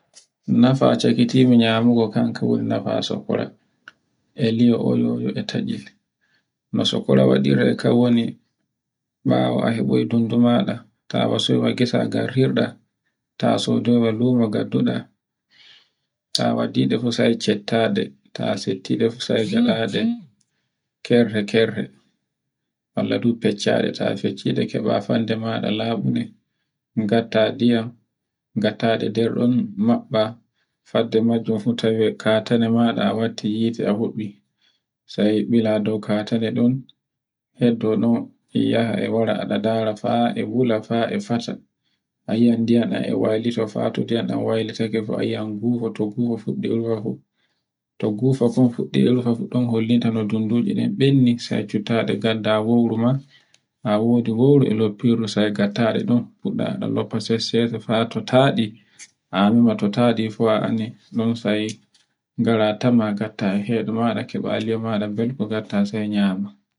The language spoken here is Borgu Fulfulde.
Nafa a cekiti go nyamunda kan ka woni no faso kura, e li'o oyoye e taccel. Masu kokura waɗe kan woni ɓawo e geboy dundu maɗa ta wasoy e hebai fa gesa nga yehirta ta sodoi e lumo ngadduɗa. A waɗiɗe fu sai kettaɗe ta settiɗe sai ngaɗaɗe kerte-kerte, holla du fecceɗe, ta feccide sai keɓa gande maɗa labunde ngatta ndiyam, ngattaɗe nder ɗum maɓɓa fadda majjum fu tawaa fawiya katene maɗa a watti hite a hubbi sai bila do katende ɗum. heddo dow e ɗe yaha e wara e ɗe ndara e wula fa e fata. a yi'ai ndiyam ɗam e waylito fo, to ndiyam ɗam waylitaake fa a yi'ai gufa. to gufa fun fuɗɗi e rufa fu ɗon hollinta no dunduje ɗen benni sai cuttaɗe ngadda wowru ma. ta wodi wowru e loppirdu sai ngadda fuɗɗa e ɗe loffa sese-sese fa to taɗi fu a anndi non sai tama ngara keɓa e li'o maɗa belkon ngayya sai nyama.